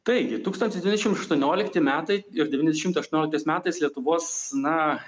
taigi tūkstantis devyni šimtai aštuoniolikti metai ir devyni šimtai aštuonioliktais metais lietuvos na